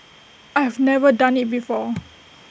I have never done IT before